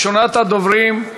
ראשונת הדוברים,